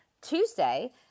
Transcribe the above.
Tuesday